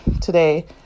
today